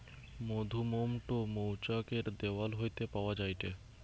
মধুমোম টো মৌচাক এর দেওয়াল হইতে পাওয়া যায়টে